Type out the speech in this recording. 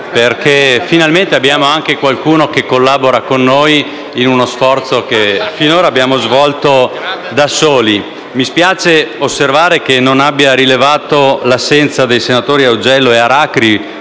perché finalmente abbiamo qualcuno che collabora con noi in uno sforzo che finora abbiamo compiuto da soli. Mi spiace osservare che non abbia rilevato l'assenza dei senatori Augello e Aracri